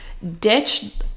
ditch